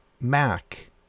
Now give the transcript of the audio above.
Mac